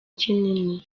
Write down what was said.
kinini